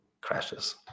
crashes